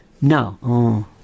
No